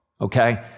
okay